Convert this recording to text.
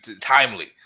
timely